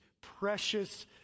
precious